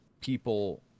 people